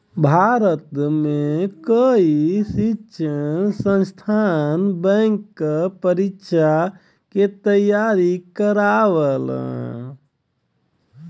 भारत में कई शिक्षण संस्थान बैंक क परीक्षा क तेयारी करावल